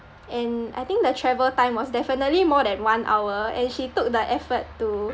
and I think the travel time was definitely more than one hour and she took the effort to